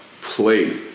play